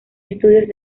estudios